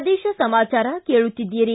ಪ್ರದೇಶ ಸಮಾಚಾರ ಕೇಳುತ್ತೀದ್ದಿರಿ